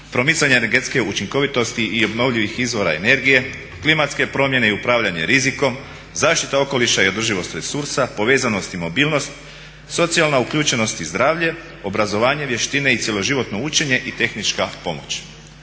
promicanje energetske učinkovitosti i obnovljivih izvora energije, klimatske promjene i upravljanje rizikom, zaštita okoliša i održivost resursa, povezanost i mobilnost, socijalna uključenost i zdravlje, obrazovanje, vještine i cijeloživotno učenje i tehnička pomoć.